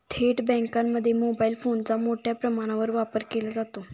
थेट बँकांमध्ये मोबाईल फोनचा मोठ्या प्रमाणावर वापर केला जातो